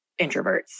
introverts